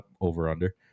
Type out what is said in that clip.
over-under